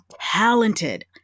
talented